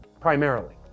primarily